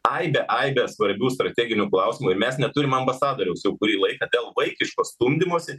aibę aibę svarbių strateginių klausimų ir mes neturim ambasadoriaus jau kurį laiką dėl vaikiško stumdymosi